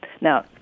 now